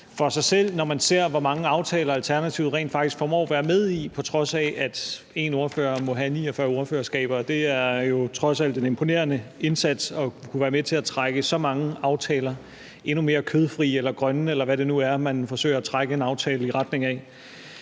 for sig selv, når man ser, hvor mange aftaler Alternativet rent faktisk formår at være med i, på trods af at én ordfører må have 49 ordførerskaber. Det er jo trods alt imponerende at kunne være med til at trække så mange aftaler i en endnu mere kødfri eller grøn retning, eller hvad det nu er, man forsøger. Til sidst – og nu